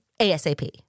ASAP